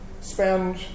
spend